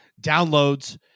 downloads